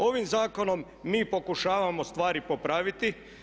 Ovim zakonom mi pokušavamo stvari popraviti.